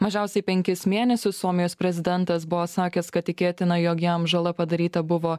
mažiausiai penkis mėnesius suomijos prezidentas buvo sakęs kad tikėtina jog jam žala padaryta buvo